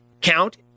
count